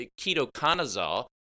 ketoconazole